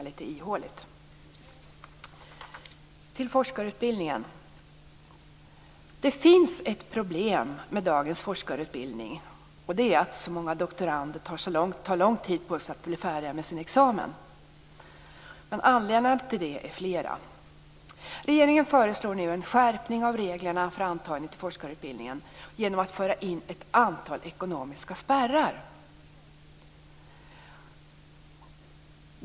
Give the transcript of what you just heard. Då går jag över till forskarutbildningen. Det finns ett problem med dagens forskarutbildning, nämligen att så många doktorander tar så lång tid på sig att bli färdiga med sina examina. Anledningarna till detta är flera. Regeringen föreslår nu en skärpning av reglerna för antagning till forskarutbildningen. Detta sker genom att föra in ett antal ekonomiska spärrar.